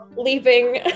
leaving